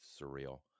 surreal